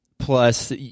Plus